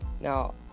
Now